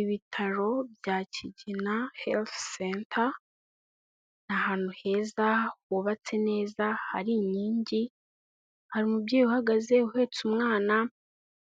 ibitaro bya kigina herifu seta, ni ahantu heza hubatse neza hari inkingi hari umubyeyi uhagaze uhetse umwana